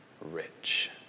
rich